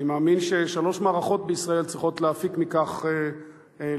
אני מאמין ששלוש מערכות בישראל צריכות להפיק מכך לקחים.